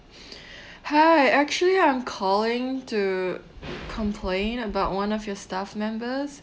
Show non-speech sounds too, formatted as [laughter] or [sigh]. [breath] hi actually I'm calling to [noise] complain about one of your staff members